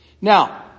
Now